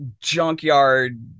junkyard